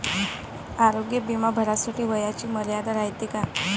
आरोग्य बिमा भरासाठी वयाची मर्यादा रायते काय?